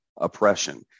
oppression